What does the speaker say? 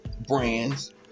brands